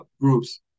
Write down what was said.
groups